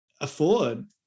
afford